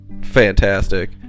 fantastic